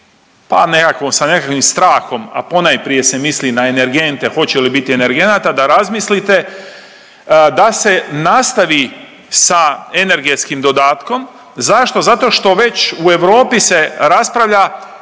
pa nekako, sa nekakvim strahom, a ponajprije se misli na energente, hoće li biti energenata, da razmislite, da se nastavi sa energetskim dodatkom. Zašto? Zato što već u Europi se raspravlja